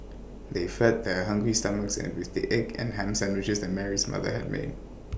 they fed their hungry stomachs and with the egg and Ham Sandwiches that Mary's mother had made